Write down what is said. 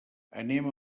anem